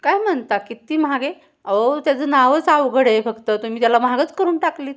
काय म्हणता कित्ती महाग आहे अहो त्याचं नावच अवघड आहे फक्त तुम्ही त्याला महागच करून टाकली आहेत